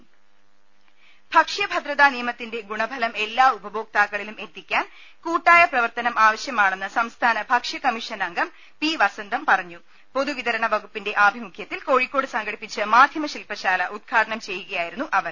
രുട്ടിട്ട്ട്ട്ട്ട്ട ഭക്ഷ്യഭദ്രതാ നിയമത്തിന്റെ ഗുണഫലം എല്ലാ ഉപഭോക്താക്കളിലും എത്തിക്കാൻ കൂട്ടായ പ്രവർത്തനം ആവശ്യമാണെന്ന് സംസ്ഥാന ഭക്ഷ്യകമ്മിഷൻ അംഗം പി വസന്തം പറഞ്ഞു പൊതുവിതരണ വകുപ്പിന്റെ ആഭിമുഖ്യത്തിൽ കോഴിക്കോട് സംഘടിപ്പിച്ച മാധ്യമ ശില്പശാല ഉദ്ഘാടനം ചെയ്യുകയായിരുന്നു അവർ